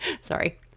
Sorry